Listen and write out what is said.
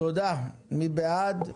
מי בעד?